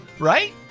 right